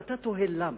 ואתה תוהה למה,